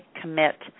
commit